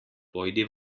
pojdi